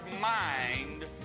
mind